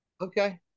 Okay